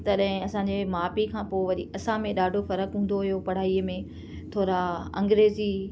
तॾहिं असांजे माउ पीउ खां पोइ वरी असांमें ॾाढो फ़रकु हूंदो हुयो पढ़ाई में थोरा अंग्रेज़ी